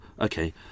okay